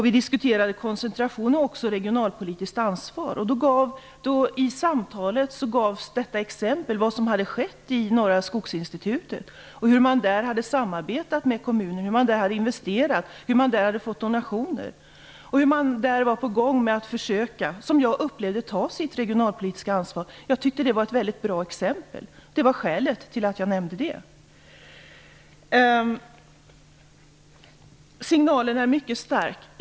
Vi diskuterade också koncentration och regionalpolitiskt ansvar. I samtalet gavs detta exempel på vad som hade skett i Norra skogsinstitutet och hur man där hade samarbetat med kommunen, investerat, fått donationer och var på gång med att försöka, som jag upplevde det, att ta sitt regionalpolitiska ansvar. Jag tyckte det var ett väldigt bra exempel. Det var skälet till att jag nämnde det. Lennart Daléus säger att signalen är mycket stark.